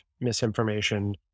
misinformation